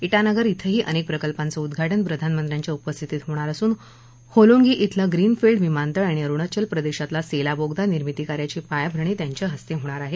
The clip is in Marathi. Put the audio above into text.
इटानगर इथंही अनेक प्रकल्पाचं उद्घाटन प्रधानमंत्र्यांच्या उपस्थितीत होणार असून होलोंगी इथलं ग्रीनफील्ड विमानतळ आणि अरुणाचल प्रदेशातला सेला बोगदा निर्मितीकार्याची पायाभरणी त्यांच्या हस्ते होणार आहे